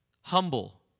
Humble